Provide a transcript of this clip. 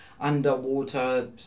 underwater